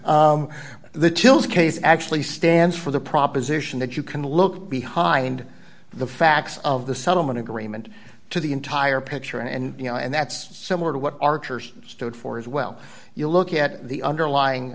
on the till case actually stands for the proposition that you can look behind the facts of the settlement agreement to the entire picture and you know and that's similar to what archer's stood for as well you look at the underlying